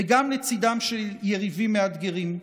וגם לצידם של יריבים מאתגרים,